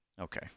Okay